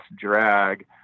drag